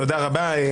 תודה רבה.